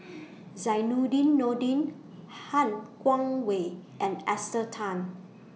Zainudin Nordin Han Guangwei and Esther Tan